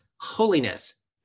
holiness